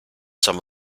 some